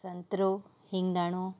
संतरो हिंदाड़ो